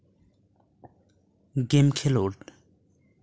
ᱜᱮᱢ ᱠᱷᱮᱞᱳᱰ